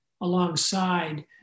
alongside